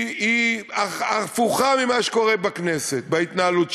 היא הפוכה ממה שקורה בכנסת בהתנהלות שלה.